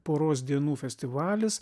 poros dienų festivalis